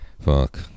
Fuck